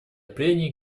прений